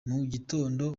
gitondo